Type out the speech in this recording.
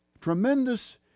Tremendous